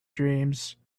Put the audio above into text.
dreams